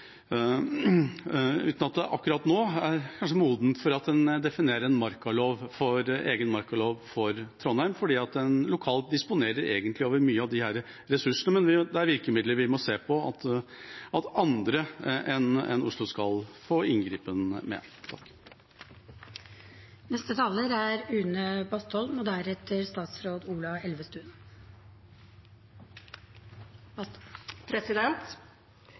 uten at det akkurat nå er modent for at en definerer en egen markalov for Trondheim, for lokalt disponerer en egentlig over mange av disse ressursene. Men det er virkemidler vi må se på om andre enn Oslo skal få gripe inn med. Norge er verdenskjent for spektakulær natur. Høye fjell, dype fjorder og